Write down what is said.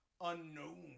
Unknown